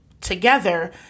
together